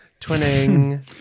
Twinning